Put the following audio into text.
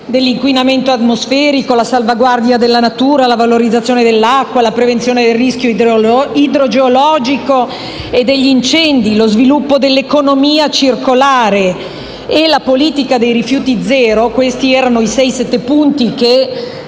dell'inquinamento atmosferico, la salvaguardia della natura, la valorizzazione dell'acqua, la prevenzione del rischio idrogeologico e degli incendi, lo sviluppo dell'economia circolare e la politica dei rifiuti zero: questi erano i sei o